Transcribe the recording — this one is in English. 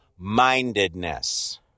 Mindedness